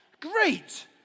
great